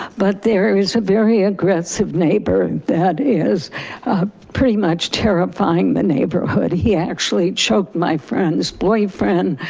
but there is a very aggressive neighbor that is pretty much terrifying the neighborhood he actually choked my friend's boyfriend,